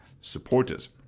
supporters